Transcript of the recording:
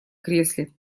кресле